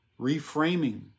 reframing